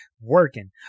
working